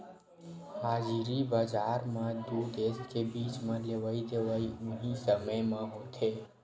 हाजिरी बजार म दू देस के बीच म लेवई देवई उहीं समे म होथे